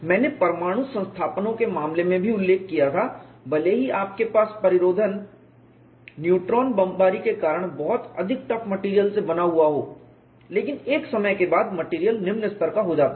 मैंने परमाणु संस्थापनों के मामले में भी उल्लेख किया था भले ही आपके पास परिरोधन न्यूट्रॉन बमबारी के कारण बहुत अधिक टफ मेटेरियल से बना हुआ हो लेकिन एक समय के बाद मटेरियल निम्न स्तर का हो जाता है